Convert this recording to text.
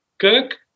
Kirk